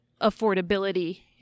affordability